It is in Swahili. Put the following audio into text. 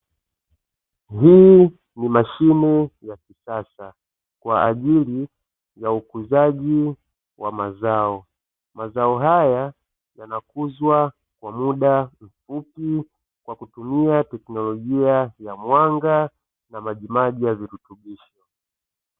Hii ni mashine ya kisasa kwa ajili ya ukuzaji wa mazao, mazao haya yanakuzwa kwa muda mfupi kwa kutumia teknolojia ya mwanga na majimaji ya virutubisho.